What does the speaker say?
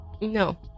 no